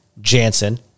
Jansen